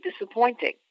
disappointing